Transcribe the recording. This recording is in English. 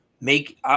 make –